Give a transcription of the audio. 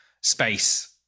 space